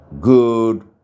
Good